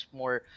more